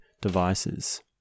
devices